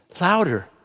louder